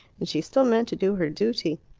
and she still meant to do her duty.